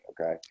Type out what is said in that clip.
okay